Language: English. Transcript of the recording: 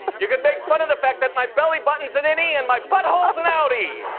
you could make fun of the fact that my belly button is an innie and my butthole's an outie!